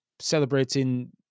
celebrating